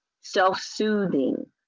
self-soothing